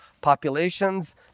populations